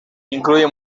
incluye